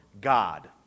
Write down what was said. God